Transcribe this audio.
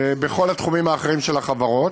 בכל התחומים האחרים של החברות,